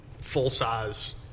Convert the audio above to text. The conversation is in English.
full-size